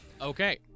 okay